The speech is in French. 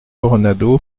coronado